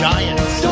Giants